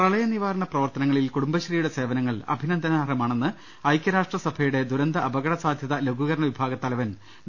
പ്രളയ നിവാരണ പ്രവർത്തനങ്ങളിൽ കുടുംബശ്രീയുടെ സേവനങ്ങൾ അഭിനന്ദനാർഹമാണെന്ന് ഐക്യർാഷ്ട്രസഭയുടെ ദുരന്ത അപകട സാധൃത ലഘൂകരണ വിഭാഗ തിലവൻ ഡോ